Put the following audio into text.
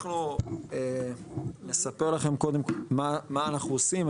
אנחנו נספר לכם קודם מה אנחנו עושים,